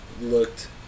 looked